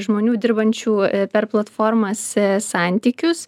žmonių dirbančių per platformas santykius